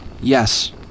Yes